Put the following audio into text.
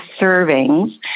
servings